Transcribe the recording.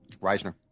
Reisner